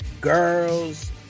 girls